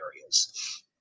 areas